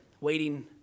waiting